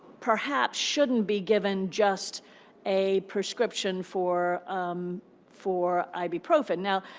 perhaps shouldn't be given just a prescription for um for ibuprofen. now,